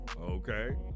Okay